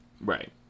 Right